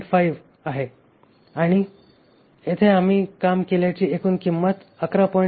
500 आहे आणि आम्ही येथे काम केल्याची एकूण किंमत 11